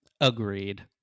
agreed